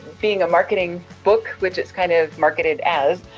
being a marketing book which it's kind of marketed as.